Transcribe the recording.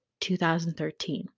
2013